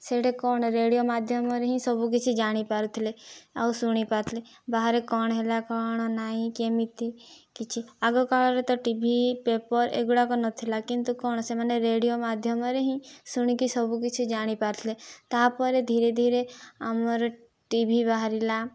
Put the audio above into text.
ସେଟା କ'ଣ ରେଡ଼ିଓ ମାଧ୍ୟମରେ ହିଁ ସବୁ କିଛି ଜାଣି ପାରୁଥିଲେ ଆଉ ଶୁଣି ପାରୁଥିଲେ ବାହାରେ କ'ଣ ହେଲା କ'ଣ ନାଇଁ କେମିତି କିଛି ଆଗକାଳରେ ତ ଟିଭି ପେପର୍ ଏଗୁଡ଼ାକ ନଥିଲା କିନ୍ତୁ କ'ଣ ସେମାନେ ରେଡ଼ିଓ ମାଧ୍ୟମରେ ହିଁ ଶୁଣିକି ସବୁକିଛି ଜାଣି ପାରୁଥିଲେ ତା'ପରେ ଧୀରେ ଧୀରେ ଆମର ଟିଭି ବାହାରିଲା